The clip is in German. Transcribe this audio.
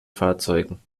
fahrzeugen